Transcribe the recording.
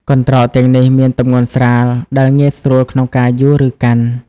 កន្ត្រកទាំងនេះមានទម្ងន់ស្រាល ដែលងាយស្រួលក្នុងការយួរ ឬកាន់។